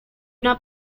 una